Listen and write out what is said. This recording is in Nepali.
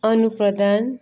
अनु प्रधान